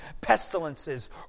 pestilences